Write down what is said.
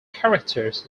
characters